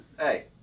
hey